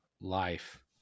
life